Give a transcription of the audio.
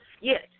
Yes